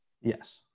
yes